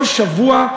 כל שבוע,